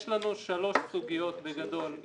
יש לנו שלוש סוגיות בגדול.